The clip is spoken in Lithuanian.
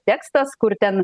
tekstas kur ten